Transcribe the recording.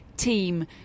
team